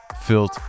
filled